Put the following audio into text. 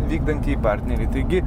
vykdantįjį partnerį taigi